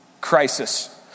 crisis